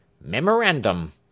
Memorandum